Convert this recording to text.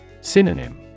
Synonym